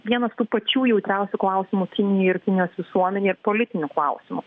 vienas tų pačių jautriausių klausimų kinijai ir kinijos visuomenei ir politinių klausimų